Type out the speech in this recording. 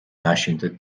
náisiúnta